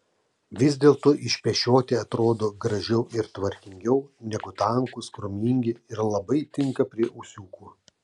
vis dėlto išpešioti atrodo gražiau ir tvarkingiau negu tankūs krūmingi ir labai tinka prie ūsiukų